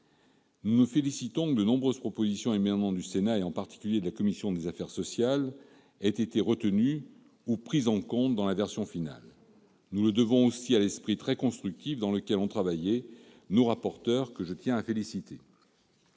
Nous nous félicitons du fait que de nombreuses propositions émanant du Sénat, de la commission des affaires sociales, en particulier, aient été retenues ou prises en compte dans la version finale. Nous le devons aussi à l'esprit très constructif dans lequel ont travaillé nos rapporteurs, que je tiens à féliciter.